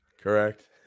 Correct